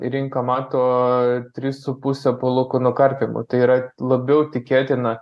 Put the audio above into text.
rinka mato trys su puse palūkanų karpymų tai yra labiau tikėtina